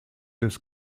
des